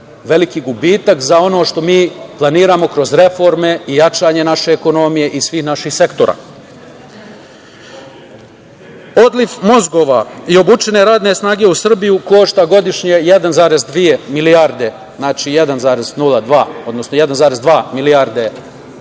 veliki gubitak za ono što mi planiramo kroz reforme i jačanje naše ekonomije i svih naših sektora. Odliv mozgova i obučene radne snage Srbiju košta godišnje 1,2 milijarde, znači, 1,2 milijarde